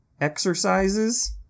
exercises